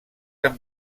amb